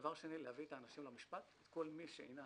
דבר שני, להביא את כל מי שעינה